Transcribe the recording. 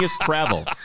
travel